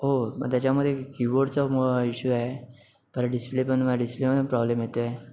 हो मग त्याच्यामधे की बोर्डचा इशू आहे तर डिस्प्ले पण डिस्प्लेमध्ये पण प्रॉब्लेम येत आहे